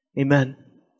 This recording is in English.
Amen